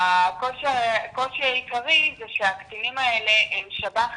הקושי העיקרי זה שהקטינים האלה הם שב"חים.